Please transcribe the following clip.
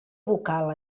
vocal